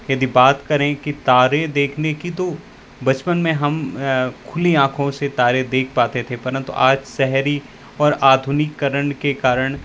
यदि बात करें की तारे देखने की तो बचपन में हम खुली आँखों से तारे देख पाते थे परन्तु आज शहरी और आधुनिकीकरण के कारण